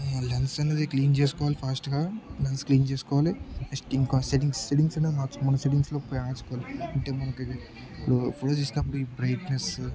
lens అనేది clean చేసుకోవాలి ఫాస్ట్గా లెన్స్ క్లీన్ చేసుకోవాలి ఫస్ట్ ఇంకా సెటింగ్స్ సెటింగ్స్ అనేది మార్చుకో మనం సెటింగ్స్లో పోయి డిం అంటే మనకు ఇప్పుడు ఫోటోస్ ఇసినప్పుడు ఈ బ్రైట్నెస్